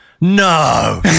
no